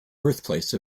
birthplace